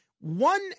One